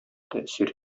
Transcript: тәэсир